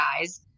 guys